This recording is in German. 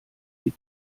die